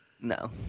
No